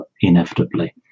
inevitably